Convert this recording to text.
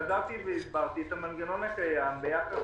חזרתי והסברתי את המנגנון הקיים ביחס